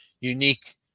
unique